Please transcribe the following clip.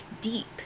deep